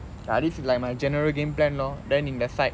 ya this is like my general game plan lor then in the side